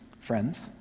friends